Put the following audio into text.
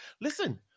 Listen